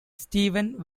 steven